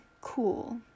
cool